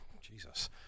Jesus